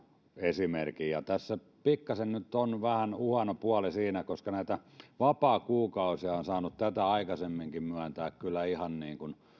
esimerkin tässä pikkaisen on nyt vähän huono puoli siinä että näitä vapaakuukausia on saanut tätä aikaisemminkin ulosotto myöntää kyllä ihan